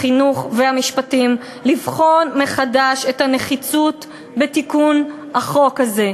החינוך והמשפטים לבחון מחדש את הנחיצות בתיקון החוק הזה.